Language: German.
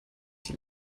die